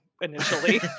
initially